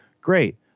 great